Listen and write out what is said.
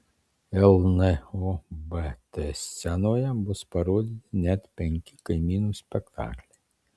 lnobt scenoje bus parodyti net penki kaimynų spektakliai